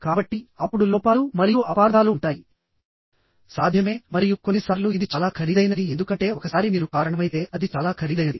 కాబట్టి అప్పుడు లోపాలు మరియు అపార్థాలు ఉంటాయి సాధ్యమే మరియు కొన్నిసార్లు ఇది చాలా ఖరీదైనది ఎందుకంటే ఒకసారి మీరు కారణమైతే అది చాలా ఖరీదైనది